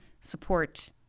support